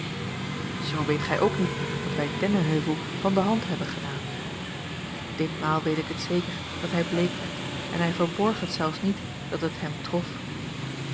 weet gij ook niet dat wij dennenheuvel van de hand hebben gedaan ditmaal weet ik het zeker dat hij bleek werd en hij verborg het zelfs niet dat het hem trof